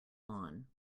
lawn